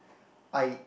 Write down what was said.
I